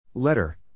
Letter